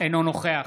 אינו נוכח